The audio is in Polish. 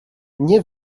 nie